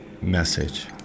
message